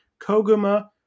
Koguma